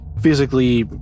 physically